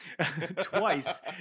Twice